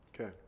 Okay